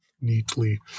neatly